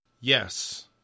Yes